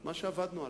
את מה שעבדנו עליו.